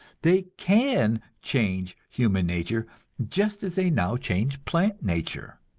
they can change human nature just as they now change plant nature.